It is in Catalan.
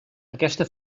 aquesta